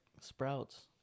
sprouts